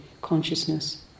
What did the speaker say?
consciousness